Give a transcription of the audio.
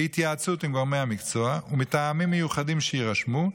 בהתייעצות עם גורמי המקצוע ומטעמים מיוחדים שיירשמו,